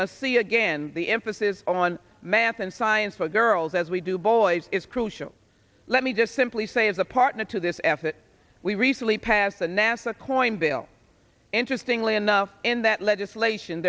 must see again the emphasis on math and science for girls as we do boys is crucial let me just simply say as a partner to this effort we recently passed the nasa koin bill interestingly enough in that legislation